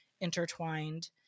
intertwined